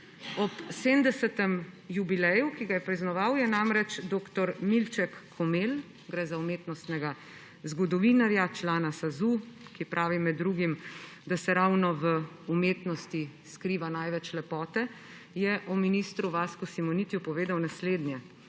Ob 70. jubileju, ki ga je praznoval, je namreč dr. Milček Komelj, gre za umetnostnega zgodovinarja, člana SAZU, ki pravi med drugim, da se ravno v umetnosti skriva največ lepote, je o ministru Vasku Simonitiju povedal naslednje.